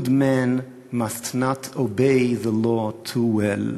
Good men must not obey the law too well,